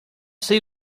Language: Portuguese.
sei